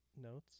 Notes